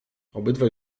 obydwaj